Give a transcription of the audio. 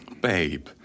Babe